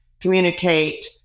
communicate